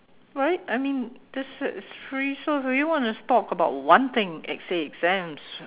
right I mean this is free so if you want to talk about one thing let's say exams